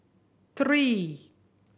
three